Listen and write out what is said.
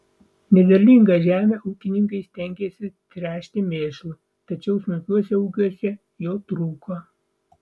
nederlingą žemę ūkininkai stengėsi tręšti mėšlu tačiau smulkiuose ūkiuose jo trūko